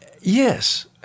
Yes